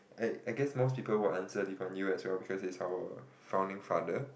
I I guess most people will answer Lee-Kuan-Yew as well because he's our founding father